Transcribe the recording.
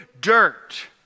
dirt